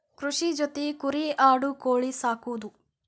ಕೃಷಿ ಜೊತಿ ಕುರಿ ಆಡು ಕೋಳಿ ಸಾಕುದು